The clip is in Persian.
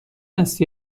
است